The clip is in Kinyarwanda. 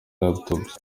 laptops